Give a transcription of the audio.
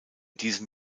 diesem